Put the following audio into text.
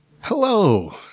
Hello